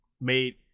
made